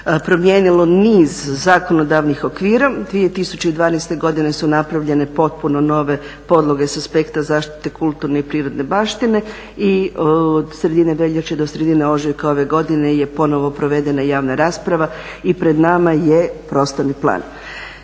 promijenilo niz zakonodavnih okvira, 2012. godine su napravljene potpuno nove podloge sa aspekta zaštite kulturne i prirodne baštine i od sredine veljače do sredine ožujka ove godine je ponovno provedena javna rasprava i pred nama je prostorni plan.